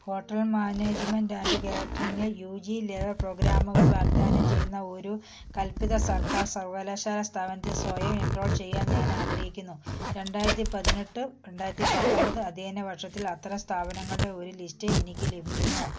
hotel management and കാറ്ററിങ്ങിൽ U G level പ്രോഗ്രാമുകൾ വാഗ്ദാനം ചെയ്യുന്ന ഒരു കൽപ്പിത സർക്കാർ സർവകലാശാല സ്ഥാപനത്തിൽ സ്വയം എൻറോൾ ചെയ്യാൻ ഞാൻ ആഗ്രഹിക്കുന്നു രണ്ടായിരത്തി പതിനെട്ട് രണ്ടായിരത്തി പത്തൊമ്പത് അധ്യയന വർഷത്തിൽ അത്തരം സ്ഥാപനങ്ങളുടെ ഒരു ലിസ്റ്റ് എനിക്ക് ലഭിക്കുമോ